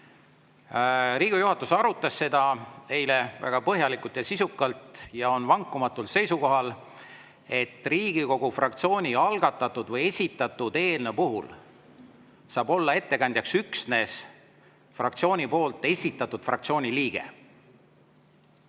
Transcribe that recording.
Riigikogu juhatus arutas seda eile väga põhjalikult ja sisukalt ning on vankumatul seisukohal, et Riigikogu fraktsiooni algatatud või esitatud eelnõu puhul saab olla ettekandja üksnes fraktsiooni esitatud fraktsiooni liige.